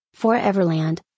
Foreverland